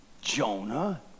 Jonah